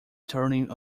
turning